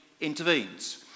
intervenes